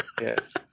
yes